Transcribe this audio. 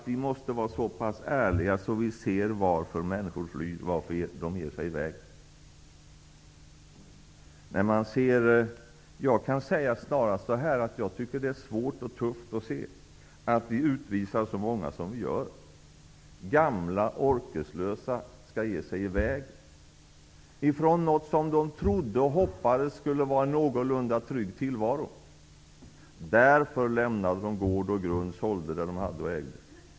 Vi måste vara så pass ärliga att vi ser varför människor flyr, varför de ger sig i väg. Jag kan säga att jag tycker att det är svårt och tufft att se att vi utvisar så många som vi gör. Gamla, orkeslösa skall ge sig i väg, från något som de trodde och hoppades skulle vara en någorlunda trygg tillvaro. Därför lämnade de gård och grund, sålde vad de hade och ägde.